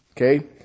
okay